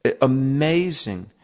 Amazing